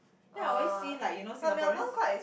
then I always see like you know Singaporeans